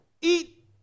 eat